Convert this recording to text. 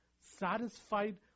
satisfied